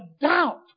doubt